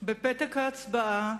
בפתק ההצבעה